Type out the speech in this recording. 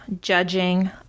judging